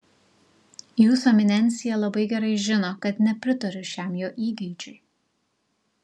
jūsų eminencija labai gerai žino kad nepritariu šiam jo įgeidžiui